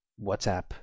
WhatsApp